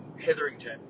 Hetherington